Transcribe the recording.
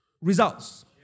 results